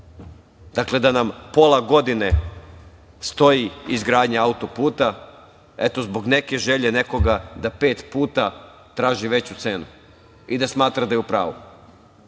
dakle da nam pola godine stoji izgradnja auto-puta zbog neke želje nekoga da pet puta traži veću cenu i da smatra da je u pravu. Da